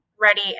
ready